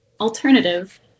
alternative